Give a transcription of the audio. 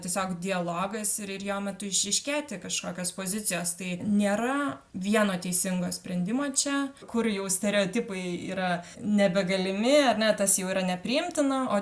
tiesiog dialogas ir ir jo metu išryškėti kažkokios pozicijos tai nėra vieno teisingo sprendimo čia kur jau stereotipai yra nebegalimi ar ne tas jau yra nepriimtina o